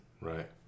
Right